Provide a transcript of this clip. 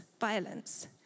violence